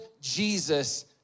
Jesus